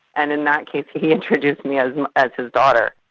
and in that case he he introduced me as um as his daughter.